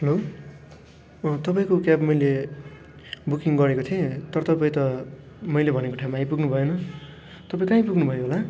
hello तपाईँको cab मैले booking गरेको थिएँ तर तपाईँ त मैले भनेको ठाउँमा आइपुग्नु भएन तपाईँ कहाँ आइपुग्नु भयो होला